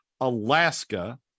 Alaska